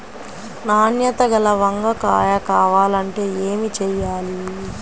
నాణ్యత గల వంగ కాయ కావాలంటే ఏమి చెయ్యాలి?